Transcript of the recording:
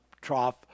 trough